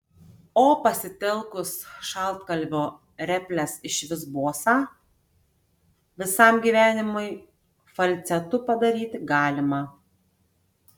o pasitelkus šaltkalvio reples išvis bosą visam gyvenimui falcetu padaryti galima